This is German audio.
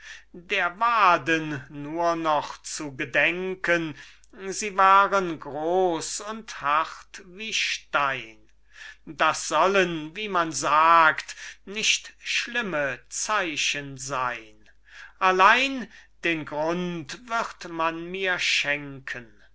der waden nur noch zu gedenken sie waren groß und hart wie stein das sollen wie man sagt nicht schlimme zeichen sein allein den grund wird man mir schenken